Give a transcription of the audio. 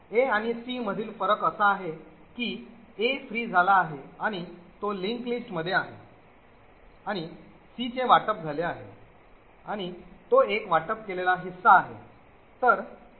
a आणि c मधील फरक असा आहे की a free झाला आहे आणि तो linked list मध्ये आहे आणि c चे वाटप झाले आहे आणि तो एक वाटप केलेला हिस्सा आहे